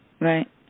right